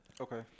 Okay